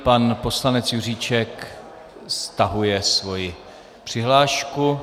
Pan poslanec Juříček stahuje svoji přihlášku.